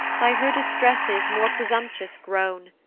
by her distresses more presumptuous grown.